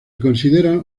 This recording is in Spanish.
considera